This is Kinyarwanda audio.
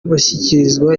bashyikirizwa